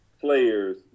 players